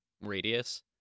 radius